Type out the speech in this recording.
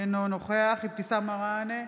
אינו נוכח אבתיסאם מראענה,